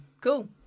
Cool